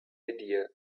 idea